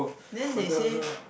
then they say